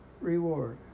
reward